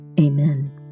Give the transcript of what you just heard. Amen